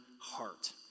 heart